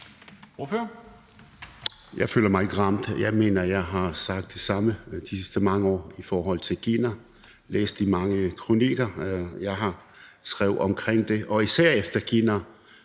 Jeg føler mig ikke ramt. Jeg mener, at jeg har sagt det samme de sidste mange år i forhold til Kina; læs de mange kronikker, jeg har skrevet om det. Det gælder især, efter at